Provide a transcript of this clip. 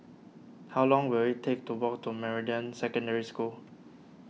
how long will it take to walk to Meridian Secondary School